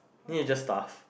then you just stuff